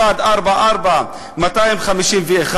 356/0144251,